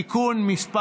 (תיקון מס'